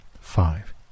Five